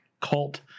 cult